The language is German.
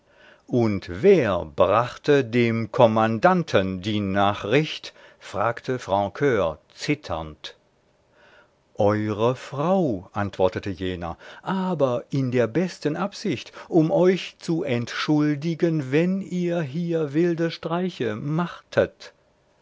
und wer brachte dem kommandanten die nachricht fragte francur zitternd eure frau antwortete jener aber in der besten absicht um euch zu entschuldigen wenn ihr hier wilde streiche machtet